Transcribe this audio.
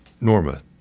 Norma